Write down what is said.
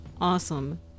awesome